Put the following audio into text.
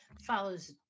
follows